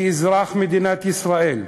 כאזרח מדינת ישראל,